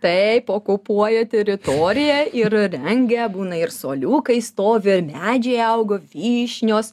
taip okupuoja teritoriją ir rengia būna ir suoliukai stovi medžiai augo vyšnios